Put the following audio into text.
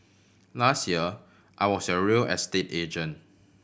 last year I was your real estate agent